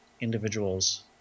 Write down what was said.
individuals